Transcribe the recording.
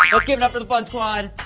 um let's give it up for the fun squad.